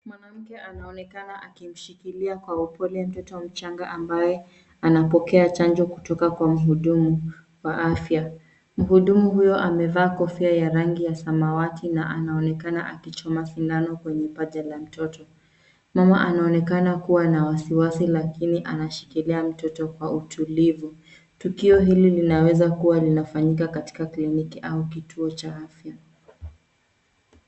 Mwanamke anaonekana akimshikilia kwa upole mtoto mchanga ambaye, anapokea chanjo kutoka kwa muhudumu wa afya. Muhudumu huyo amevaa kofia ya rangi ya samawati na anaonekana akichoma sindano kwenye paja la mtoto. Mama anaonekana kuwa na wasiwasi lakini anashikilia mtoto kwa utulivu. Tukio hili linaweza kuwa linafanyika katika kliniki au kituo cha afya.